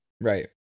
Right